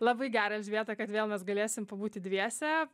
labai gera elžbieta kad vėl mes galėsim pabūti dviese